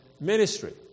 ministry